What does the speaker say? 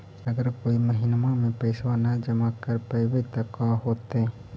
अगर कोई महिना मे पैसबा न जमा कर पईबै त का होतै?